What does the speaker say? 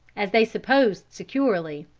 as they supposed securely,